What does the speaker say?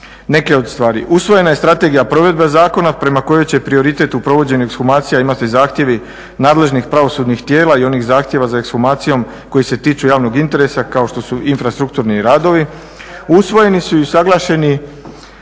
neke od stvari. Usvojena je strategija provedbe zakona prema kojoj će prioritet u provođenju ekshumacija imati zahtjevi nadležnih pravosudnih tijela i onih zahtjeva za ekshumacijom koji se tiču javnog interesa kao što su infrastrukturni radovi, usvojeni su i usuglašeni